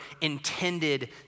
intended